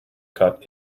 cut